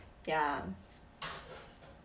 ya